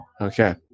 Okay